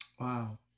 Wow